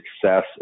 success